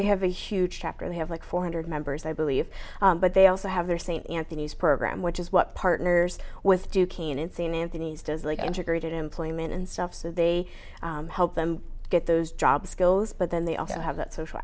have a huge chapter they have like four hundred members i believe but they also have their st anthony's program which is what partners with duquesne insane anthony's does like integrated employment and stuff so they help them get those jobs skills but then they also have that social